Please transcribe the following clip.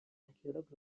archéologues